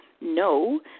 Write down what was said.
no